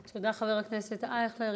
תודה, חבר הכנסת אייכלר.